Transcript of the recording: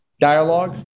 dialogue